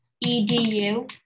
E-D-U